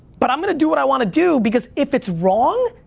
but i'm gonna do what i wanna do because if it's wrong,